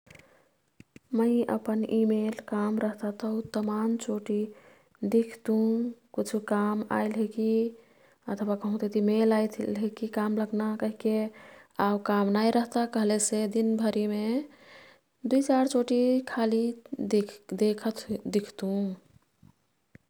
मैं अपन इमेल काम रह्ता तौ तमान चोटी दिख्तुं। कुछु काम आइल है की अथवा कहुतिती मेल आइल हे की काम लग्ना। आऊ काम नाई रह्ता कह्लेसे दिन भरिमे दुई चार चोटी खाली दिख्तुं।